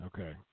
Okay